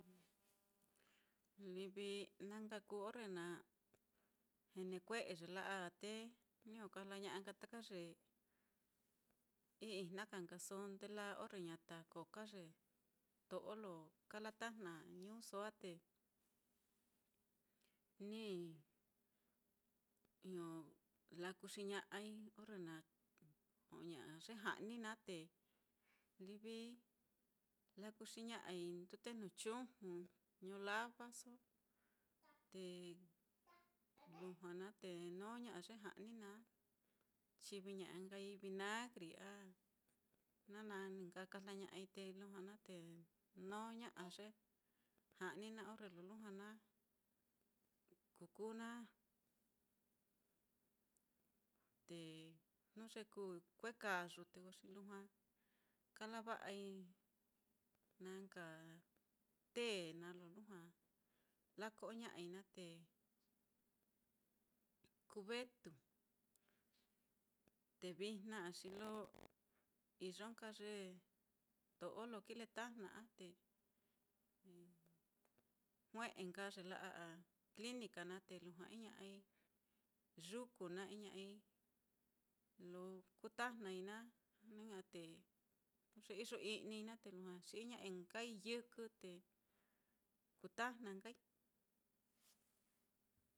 Livi na nka kuu orre na kue'e ye la'a á, te niño kajlaña'a nka taka ye ii-ijna ka nkaso ndelaa, orre ñata ko ka ye to'o lo kalatajna ñuuso á, te niño lakuxi ña'ai orre na jo'oña'a ye ja'ni naá, te livi lakuxiña'ai ndute jnu chuju ño lavaso, te lujua naá nó ña'a ye ja'ni naá, chiviña'a nkai vinagri a na naá ní nka kajlaña'ai, te lujua na te nó ña'a ye ja'ni naá orre lo lujua na ku kuu naá. Te jnu ye kuui kue'e kayu te ko xi lujua kalava'ai na nka té naá, lo lujua lako'oña'ai naá te kuu vetu, vijna á xi lo iyo nka ye to'o lo kiletajna á, te jue'e nka ye la'a á clinica naá, te lujua iña'ai yuku naá, iña'ai lo kutajna'ai naá, jnu ña'a te jnu ye iyo i'nii naá te lujua xi'i ña'a nkai yɨkɨ te kutajna nkai.